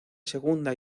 segunda